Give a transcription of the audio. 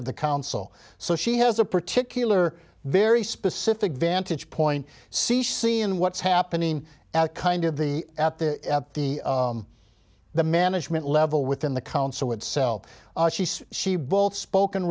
of the council so she has a particular very specific vantage point sisi in what's happening at kind of the at the at the the management level within the council itself she both spoken